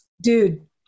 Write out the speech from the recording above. dude